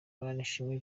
manishimwe